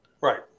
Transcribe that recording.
Right